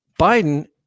Biden